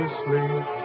sleep